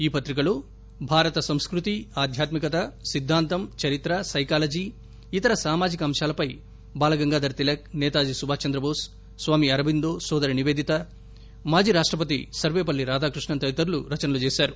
ఈ పత్రికలో భారత సంస్కృతి ఆధ్యాత్మికత సిద్దాంతం చరిత్ర సైకాలజీ ఇతర సామాజిక అంశాలపై బాలగంగాధర్ తిలక్ నేతాజీ సుభాష్ చంద్రబోస్ స్వామీ అరబిందో సోదరి నిపేదిత మాజీ రాష్టపతి సర్వేపల్లి రాధాకృష్ణన్ తదితరులు రచనలు చేశారు